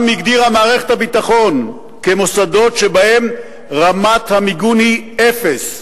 הגדירה מערכת הביטחון כמוסדות שבהם רמת המיגון היא אפס.